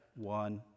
one